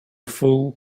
fool